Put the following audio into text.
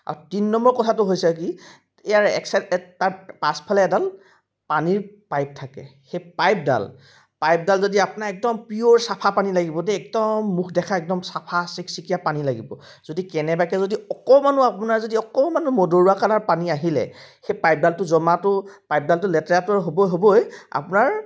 আও তিনি নম্বৰ কথাটো হৈছে কি ইয়াৰ এক চাইড তাৰ পাছফালে এডাল পানীৰ পাইপ থাকে সেই পাইপডাল পাইপডাল যদি আপোনাৰ একদম পিয়'ৰ চাফা পানী লাগিব দেই একদম মুখ দেখা একদম চাফা চিক চিকীয়া পানী লাগিব যদি কেনেবাকৈ যদি অকণমানো আপোনাৰ যদি অকণমানো মদৰুৱা কালাৰ পানী আহিলে সেই পাইপডালটো জমাটো পাইপডালটো লেতেৰাটো হ'ব হ'বই আপোনাৰ